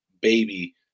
baby